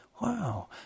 Wow